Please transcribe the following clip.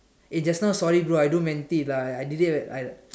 eh just now sorry bro I don't meant it lah I did it I